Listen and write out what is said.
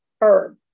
herb